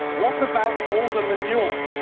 what about all the manure?